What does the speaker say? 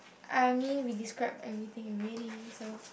I mean we described everything already so